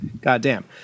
Goddamn